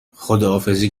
خداحافظی